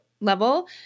level